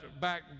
back